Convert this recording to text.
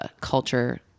culture